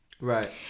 Right